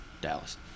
Dallas